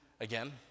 again